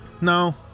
No